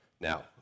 now